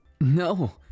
no